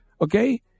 okay